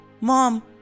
Mom